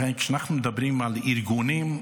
כשאנחנו מדברים על ארגונים,